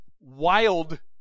wild